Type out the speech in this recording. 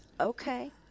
Okay